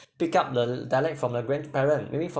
pick up the dialect from their grandparent maybe from